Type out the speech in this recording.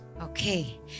okay